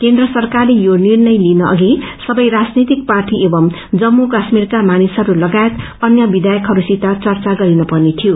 केन्द्र सरकारले यो निर्णय लिनु अपि सबै राजनैतिक पार्टी एवम् जम्यू काश्मीरका मानिसहरू लागायत अन्य विधायकहससित चर्चा गन्नु पर्नेथियो